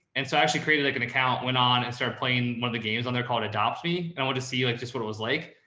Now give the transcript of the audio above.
and so actually created like an account, went on and started playing one of the games on there called adopts me. and i want to see like, just what it was like.